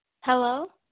Hello